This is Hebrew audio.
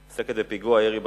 עוסקת בפיגוע הירי בשומרון,